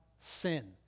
sin